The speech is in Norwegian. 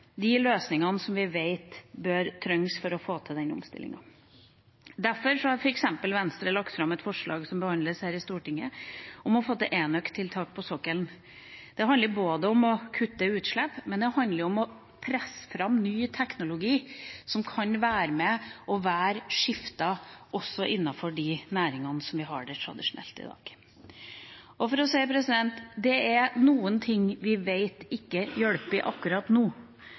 de løsningene som vi vet trengs for å få til den omstillinga. Derfor har Venstre f.eks. lagt fram et forslag, som behandles her i Stortinget, om å få til enøktiltak på sokkelen. Det handler om å kutte utslipp, men det handler også om å presse fram ny teknologi som kan være med og være skifter, også innenfor de næringene som vi har der tradisjonelt i dag. For å si det slik: Det er noen ting vi vet ikke hjelper akkurat nå,